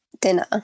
dinner